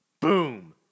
boom